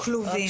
פטורים.